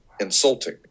insulting